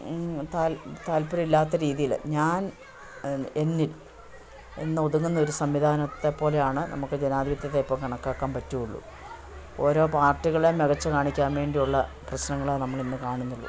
താല്പര്യവുമില്ലാത്ത രീതിയിൽ ഞാൻ എന്നിൽ എന്നൊതുങ്ങുന്നൊരു സംവിധാനത്തെപ്പോലെയാണ് നമ്മൾക്ക് ജനാധിപത്യത്തെയിപ്പോൾ കണക്കാക്കാൻ പറ്റുള്ളൂ ഓരോ പാർട്ടികളെ മികച്ചു കാണിക്കാൻ വേണ്ടിയുള്ള പ്രശ്നങ്ങളെ നമ്മളിന്നു കാണുന്നുള്ളു